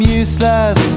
useless